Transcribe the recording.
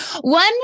One